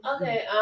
Okay